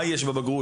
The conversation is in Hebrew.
מה יש בבגרות?